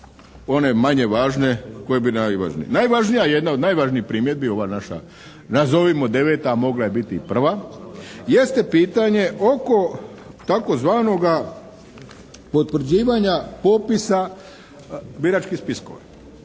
one manje važne, koje bi najvažnije. Najvažnija, jedna od najvažnijih primjedbi je ova naša nazovimo 9., a mogla je biti i 1., jeste pitanje oko tzv. potvrđivanja popisa biračkih spiskova.